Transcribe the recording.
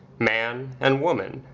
man and woman,